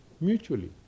mutually